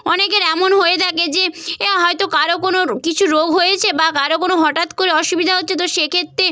অনেকের এমন হয়ে থাকে যে এ হয়তো কারও কোনও কিছু রোগ হয়েছে বা কারও কোনও হঠাৎ করে অসুবিধা হচ্ছে তো সেক্ষেত্রে